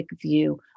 view